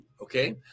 okay